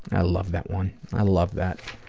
i love that one. i love that.